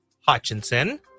Hutchinson